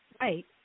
right